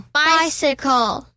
bicycle